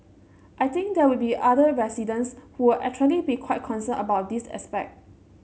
I think there will be other residents who will actually be quite concerned about this aspect